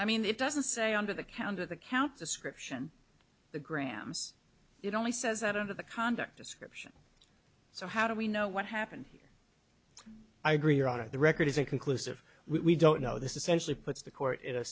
i mean it doesn't say under the counter the count description the grahams it only says that under the conduct description so how do we know what happened here i agree your honor the record is inconclusive we don't know this essentially puts the court in a